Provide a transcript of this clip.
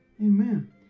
Amen